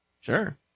Sure